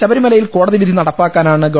ശബരിമലയിൽ കോടതിവിധി നടപ്പാക്കാനാണ് ഗവ